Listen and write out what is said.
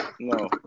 No